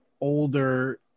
older